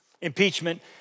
Impeachment